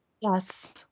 Yes